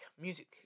Music